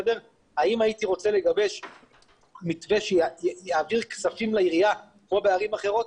האם הייתי רוצה לגבש מתווה שיעביר כספים לעירייה כמו בערים אחרות?